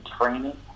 training